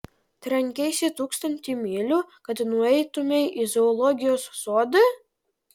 trenkeisi tūkstantį mylių kad nueitumei į zoologijos sodą